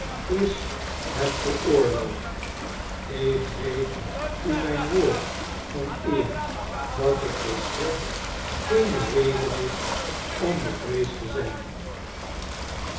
is het veroorloofd ik geef u mijn woord van eer dat er volstrekt geene reden is om bevreesd te zijn